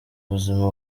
ubuzima